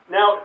Now